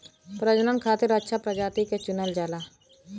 प्रजनन खातिर अच्छा प्रजाति के चुनल जाला